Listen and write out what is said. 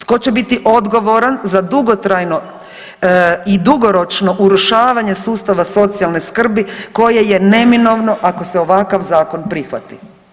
Tko će biti odgovoran za dugotrajno i dugoročno urušavanje sustava socijalne skrbi koje je neminovno ako se ovakav zakon prihvati?